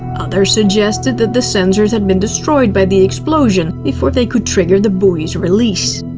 others suggested that the sensors had been destroyed by the explosion before they could trigger the buoys release.